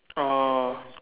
orh